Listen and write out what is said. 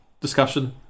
discussion